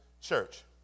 church